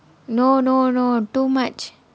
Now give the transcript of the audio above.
no no no too much